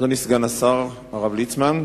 אדוני סגן השר הרב ליצמן,